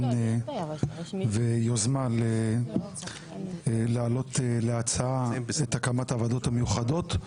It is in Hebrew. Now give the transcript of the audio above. ויוזמה להעלות להצבעה את הקמת הוועדות המיוחדות.